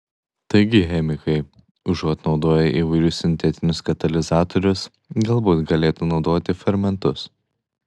taigi chemikai užuot naudoję įvairius sintetinius katalizatorius galbūt galėtų naudoti fermentus